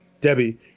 Debbie